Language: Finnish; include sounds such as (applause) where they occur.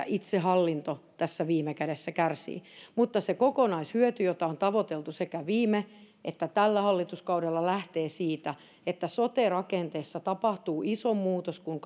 (unintelligible) itsehallinto tässä viime kädessä kärsii mutta se kokonaishyöty jota on tavoiteltu sekä viime että tällä hallituskaudella lähtee siitä että sote rakenteessa tapahtuu iso muutos kun (unintelligible)